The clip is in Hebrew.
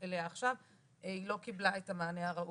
אליה עכשיו היא לא קיבלה את המענה הראוי.